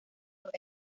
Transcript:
los